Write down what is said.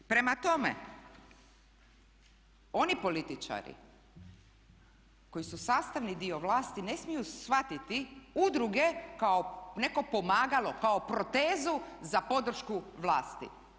Prema tome, oni političari koji su sastavni dio vlasti ne smiju shvatiti udruge kao neko pomagalo, kao protezu za podršku vlasti.